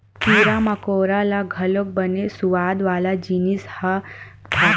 कीरा मकोरा ल घलोक बने सुवाद वाला जिनिस ह भाथे